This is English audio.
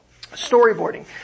storyboarding